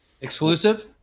Exclusive